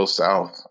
south